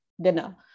dinner